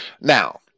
Now